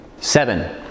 Seven